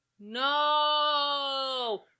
no